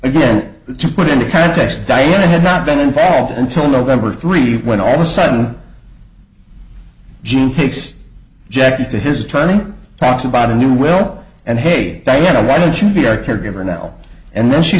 again to put into context diana had not been involved until november three when all of a sudden gene takes jackie to his attorney talks about a new will and hate diana why don't you be our caregiver now and then she